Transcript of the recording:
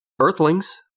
Earthlings